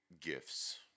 gifts